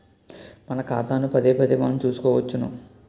మన ఖాతాను పదేపదే మనం చూసుకోవచ్చును